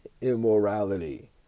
immorality